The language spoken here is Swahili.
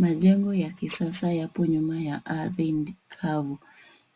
Majengo ya kisasa yapo nyuma ya ardhi kavu.